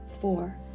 four